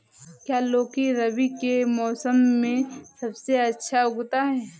क्या लौकी रबी के मौसम में सबसे अच्छा उगता है?